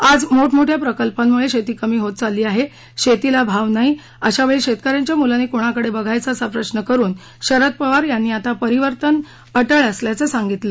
आज मोठं मोठ्या प्रकल्पांमुळे शेती कमी होत चाललेली आहे शेतीला भाव नाही अशा वेळी शेतकऱ्यांच्या मुलांनी कोणाकडे बघायचे असा प्रश्न करून शरद पवार यांनी आता परिवर्तन अटळ असल्याचे सांगितले